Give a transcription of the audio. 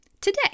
today